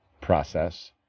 process